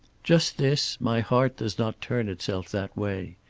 just this my heart does not turn itself that way.